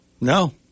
No